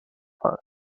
fall